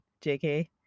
JK